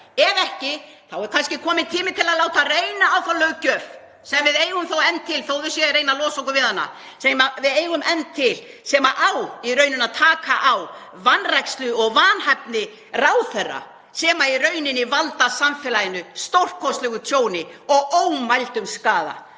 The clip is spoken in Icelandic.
Ef ekki þá er kannski kominn tími til að láta reyna á þá löggjöf sem við eigum þó enn til þótt þau séu að reyna að losa okkur við hana, sem á í rauninni að taka á vanrækslu og vanhæfni ráðherra sem í rauninni veldur samfélaginu stórkostlegu tjóni og ómældum skaða.